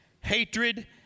hatred